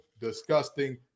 disgusting